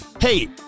Hey